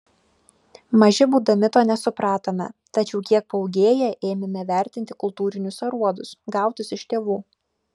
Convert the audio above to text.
maži būdami to nesupratome tačiau kiek paūgėję ėmėme vertinti kultūrinius aruodus gautus iš tėvų